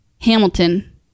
hamilton